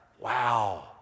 Wow